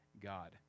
God